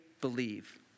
believe